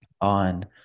on